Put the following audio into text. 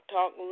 Talk